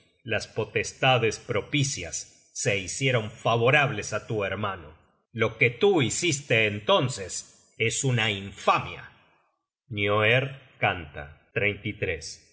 las potestades propicias se hicieron favorables á tu hermano lo que tú hiciste entonces es una infamia nioerd canta es